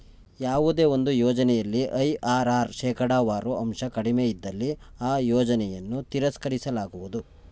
ಯಾವುದೇ ಒಂದು ಯೋಜನೆಯಲ್ಲಿ ಐ.ಆರ್.ಆರ್ ಶೇಕಡವಾರು ಅಂಶ ಕಡಿಮೆ ಇದ್ದಲ್ಲಿ ಆ ಯೋಜನೆಯನ್ನು ತಿರಸ್ಕರಿಸಲಾಗುವುದು